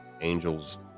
Angels